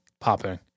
popping